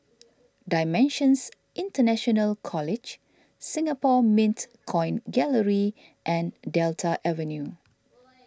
Dimensions International College Singapore Mint Coin Gallery and Delta Avenue